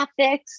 graphics